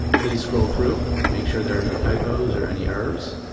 please scroll through, make sure there are no typos or any errors.